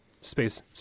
Space